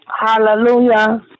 Hallelujah